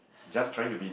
just trying to be